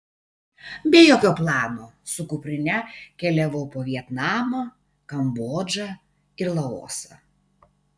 be jokio plano su kuprine keliavau po vietnamą kambodžą ir laosą